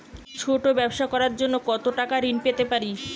ছোট ব্যাবসা করার জন্য কতো টাকা ঋন পেতে পারি?